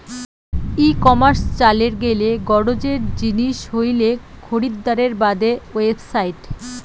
ই commerce চালের গেইলে গরোজের জিনিস হইলেক খরিদ্দারের বাদে ওয়েবসাইট